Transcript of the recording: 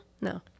No